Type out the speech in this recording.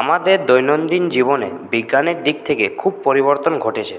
আমাদের দৈনন্দিন জীবনে বিজ্ঞানের দিক থেকে খুব পরিবর্তন ঘটেছে